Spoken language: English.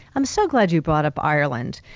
i'm so glad you brought up ireland.